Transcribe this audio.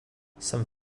some